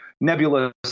nebulous